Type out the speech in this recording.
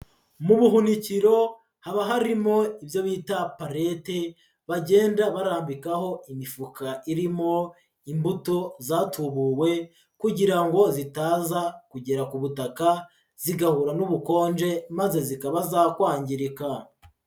Mu buhunikiro haba harimo ibyo bita parete, bagenda barambikaho imifuka irimo imbuto zatubuwe kugira ngo zitaza kugera ku butaka, zigahura n'ubukonje maze zikaba zakwangirika.